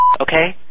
okay